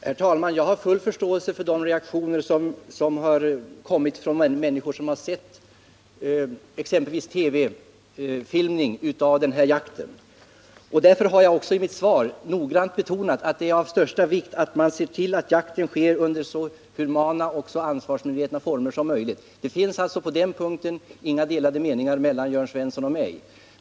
Herr talman! Jag har full förståelse för reaktionerna från de människor som har sett exempelvis TV-filmning av den här jakten. Därför har jag också i mitt svar noggrant betonat att det är av största vikt att man ser till att jakten sker under så humana och ansvarsmedvetna former som möjligt. På den punkten finns det alltså inga delade meningar mellan Jörn Svensson och mig.